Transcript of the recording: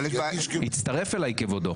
יצטרף אליי כבודו.